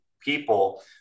people